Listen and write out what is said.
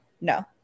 no